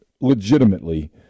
legitimately